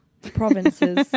provinces